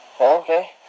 Okay